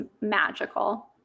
magical